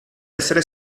essere